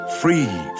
Free